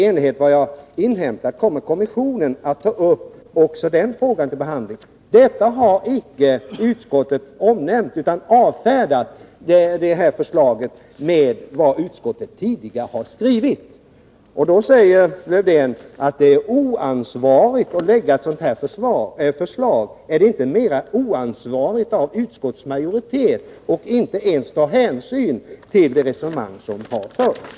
Enligt vad jag har inhämtat kommer kommissionen att ta upp också den frågan till behandling.” Detta har utskottsmajoriteten inte omnämnt utan avfärdar förslaget med hänvisning till vad utskottet tidigare har skrivit. Lars-Erik Lövdén säger att det är oansvarigt att lägga fram ett sådant här förslag. Är det inte mer oansvarigt av utskottsmajoriteten att inte alls ta hänsyn till det resonemang som har förts?